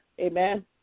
Amen